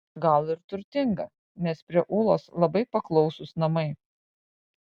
gal ir turtinga nes prie ūlos labai paklausūs namai